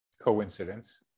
coincidence